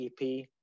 EP